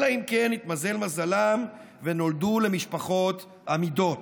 אלא אם כן התמזל מזלם ונולדו למשפחות אמידות.